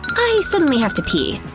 i suddenly have to pee!